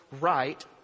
right